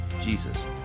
Jesus